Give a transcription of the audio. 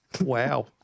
Wow